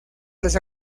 las